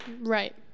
Right